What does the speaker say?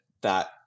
that-